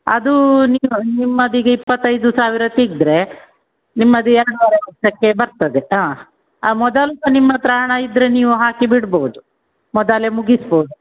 ಅದು ನೀವು ನಿಮ್ಮದು ಈಗ ಇಪ್ಪತ್ತೈದು ಸಾವಿರ ತೆಗೆದ್ರೆ ನಿಮ್ಮದು ಎರಡು ವಾರ ಅಷ್ಟಕ್ಕೆ ಬರ್ತದೆ ಹಾಂ ಆ ಮೊದಲು ಸಹ ನಿಮ್ಮತ್ತಿರ ಹಣ ಇದ್ದರೆ ನೀವು ಹಾಕಿ ಬಿಡ್ಬೋದು ಮೊದಲೆ ಮುಗಿಸ್ಬೋದು